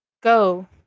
go